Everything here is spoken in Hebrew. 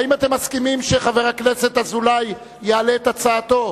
האם אתם מסכימים שחבר הכנסת אזולאי יעלה את הצעתו?